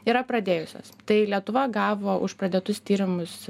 yra pradėjusios tai lietuva gavo už pradėtus tyrimus